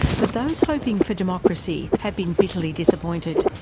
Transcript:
but those hoping for democracy have been bitterly disappointed.